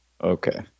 Okay